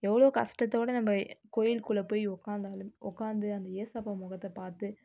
எவ்வளோ கஷ்டத்தோட நம்ம கோயில்க்குள்ள போய் உக்காந்தாலும் உக்காந்து அந்த ஏசப்பா முகத்தை பார்த்து